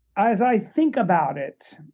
as i think about it,